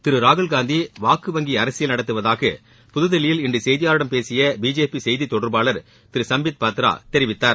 திரு ராகுல் காந்தி வாக்கு வங்கி அரசியல் நடத்துவதாக புதுதில்லியில் இன்று செய்தியாளர்களிடம் பேசிய பிஜேபி செய்தி தொடர்பாளர் திரு சம்பித் பத்ரா தெரிவித்தார்